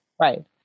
Right